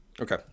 Okay